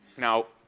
now,